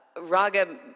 Raga